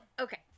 okay